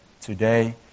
today